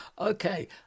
okay